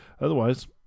Otherwise